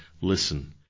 Listen